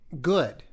good